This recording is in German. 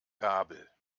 gabel